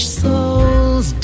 souls